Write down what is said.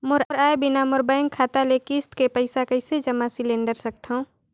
मोर आय बिना मोर बैंक खाता ले किस्त के पईसा कइसे जमा सिलेंडर सकथव?